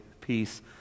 peace